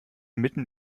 mitten